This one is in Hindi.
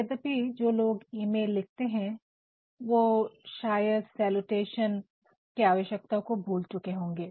यदपि जो लोग ईमेल लिखते है वो शायद सैलूटेशन salutation सम्बोधन की आवश्यकता भूल चुके होंगे